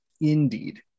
Indeed